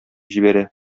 җибәрә